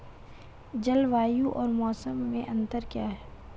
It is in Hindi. जलवायु और मौसम में अंतर क्या है?